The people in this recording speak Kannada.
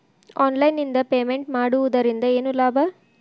ಆನ್ಲೈನ್ ನಿಂದ ಪೇಮೆಂಟ್ ಮಾಡುವುದರಿಂದ ಏನು ಲಾಭ?